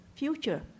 future